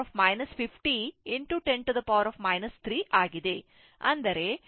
ಈಗ ಒಟ್ಟು 60 K Ω ರೋಧಕದಲ್ಲಿ ಪ್ರಸರಣವಾದ power P i 02 R 60 e 50 10 3 ಆಗಿದೆ